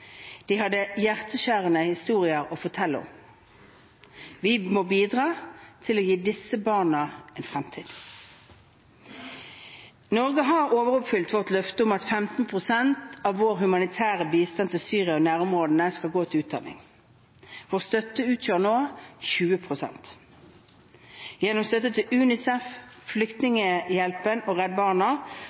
De hadde hjerteskjærende historier å fortelle. Vi må bidra til å gi disse barna en fremtid. Norge har overoppfylt vårt løfte om at 15 pst. av vår humanitære bistand til Syria og nærområdene skal gå til utdanning. Vår støtte utgjør nå 20 pst. Gjennom støtte til UNICEF, Flyktninghjelpen og Redd Barna